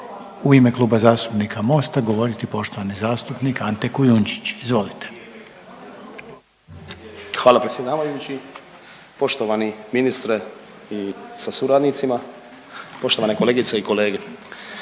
u ime Kluba zastupnika Mosta govoriti poštovani zastupnik Ante Kujundžić, izvolite. **Kujundžić, Ante (MOST)** Hvala predsjedavajući. Poštovani ministre i sa suradnicima, poštovane kolegice i kolege.